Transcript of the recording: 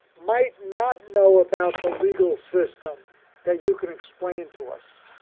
might not know about the legal system that you can explain to us